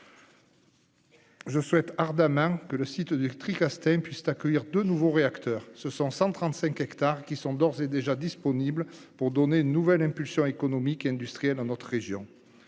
je souhaite ardemment que le site du Tricastin puisse accueillir deux nouveaux réacteurs ; quelque 135 hectares y sont d'ores et déjà disponibles pour donner une nouvelle impulsion économique et industrielle à notre région.